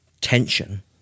tension